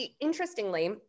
Interestingly